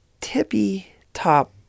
tippy-top